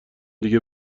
دیگه